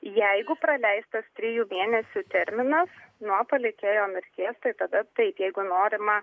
jeigu praleistas trijų mėnesių terminas nuo palikėjo mirties tai tada tai jeigu norima